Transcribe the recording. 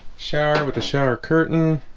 shower with the shower curtain